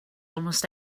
almost